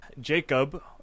Jacob